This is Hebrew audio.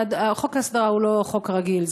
חוק ההסדרה הוא לא חוק רגיל,